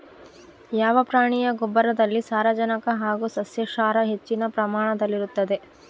ಯಾವ ಪ್ರಾಣಿಯ ಗೊಬ್ಬರದಲ್ಲಿ ಸಾರಜನಕ ಹಾಗೂ ಸಸ್ಯಕ್ಷಾರ ಹೆಚ್ಚಿನ ಪ್ರಮಾಣದಲ್ಲಿರುತ್ತದೆ?